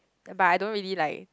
but I don't really like